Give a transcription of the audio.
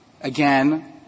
Again